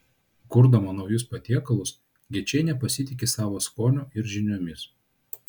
kurdama naujus patiekalus gečienė pasitiki savo skoniu ir žiniomis